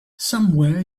somewhere